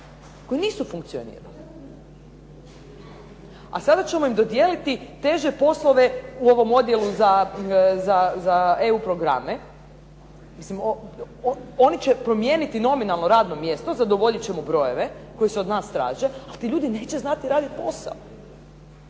koji nisu funkcionirali a sada ćemo im dodijeliti teže poslove u ovom odjelu za EU programe oni će promijeniti nominalno radno mjesto, zadovoljit ćemo brojeve koji se od nas traže ali ti ljudi neće znati raditi posao.